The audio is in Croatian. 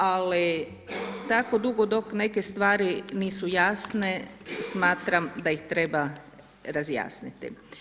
Ali, tako dugo dok neke stvari nisu jasne, smatram da treba razjasniti.